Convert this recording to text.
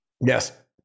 Yes